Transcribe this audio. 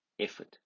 effort